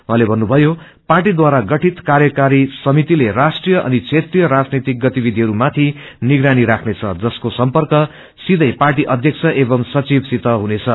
उहाँले भन्नुभयो पार्टीद्वारा गठित कार्यकारी समितिले राष्ट्रिय अनि क्षेत्रिय राजनैतिक गतिविधिहरूमाथि निगरानी राख्नेछ जसको सम्प्रक सीवे पार्टी अध्यक्ष एवमृ सथिवसित हुनेछ